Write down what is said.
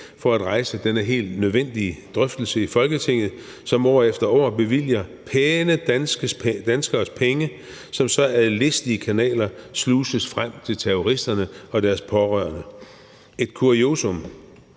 for at rejse denne helt nødvendige drøftelse i Folketinget, som år efter år bevilger pæne danskeres penge, som så ad listige kanaler sluses ind til terroristerne og deres pårørende. Et kuriosum